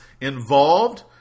involved